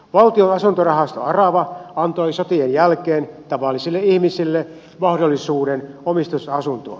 valtion asuntorahasto arava antoi sotien jälkeen tavallisille ihmisille mahdollisuuden omistusasuntoon